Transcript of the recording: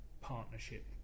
partnership